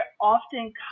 often